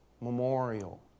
memorial